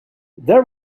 there